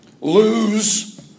lose